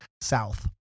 South